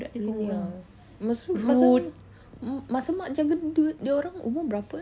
really ah masa tu masa masa mak jaga dia dia orang umur berapa eh